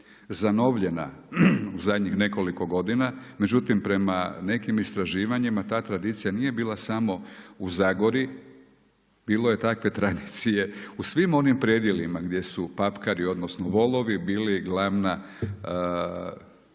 zanovljena u zadnjih nekoliko godina. Međutim, prema nekim istraživanjima ta tradicija nije bila samo u Zagori, bilo je takve tradicije u svim onim predjelima gdje su papkari, odnosno volovi bili glavna snaga,